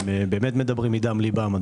הם באמת מדברים מדם ליבם.